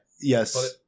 Yes